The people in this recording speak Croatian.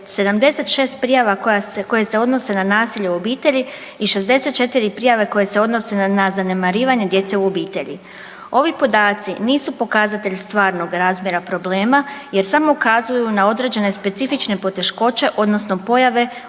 76 prijava koje se odnose na nasilje u obitelji i 64 prijave koje se odnose na zanemarivanje djece u obitelji. Ovi podaci nisu pokazatelj stvarnog razmjera problema, jer samo ukazuju na određene specifične poteškoće, odnosno pojave u